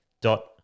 dot